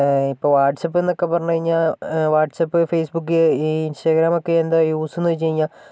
ഇപ്പോൾ വാട്സാപ്പ് എന്നൊക്കെ പറഞ്ഞ് കഴിഞ്ഞാൽ വാട്സപ്പ് ഫേസ്ബുക്ക് ഇ ഇൻസ്റ്റാഗ്രാമൊക്കെ എന്താണ് യൂസ് എന്ന് വെച്ച് കഴിഞ്ഞാൽ